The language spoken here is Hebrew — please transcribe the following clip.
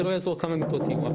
זה לא יעזור כמה מיטות יהיו.